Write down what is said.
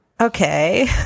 okay